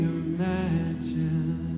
imagine